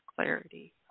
clarity